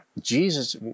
Jesus